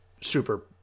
super